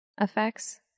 effects